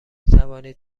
توانید